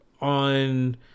on